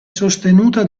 sostenuta